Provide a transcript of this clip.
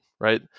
right